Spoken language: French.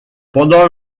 pendant